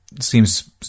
seems